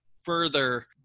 further